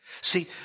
See